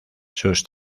sus